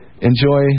enjoy